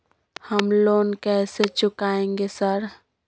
हम लोन कैसे चुकाएंगे सर?